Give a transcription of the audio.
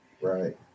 Right